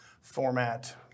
format